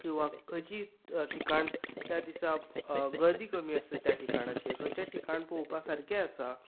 किंवां खंयची ठिकाण त्या दिसा गर्दी कमी आसता त्या ठिकाणाचेर खंयचें ठिकाण पोवपा सारकें आसा